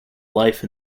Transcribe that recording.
life